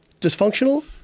dysfunctional